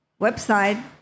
website